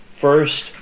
first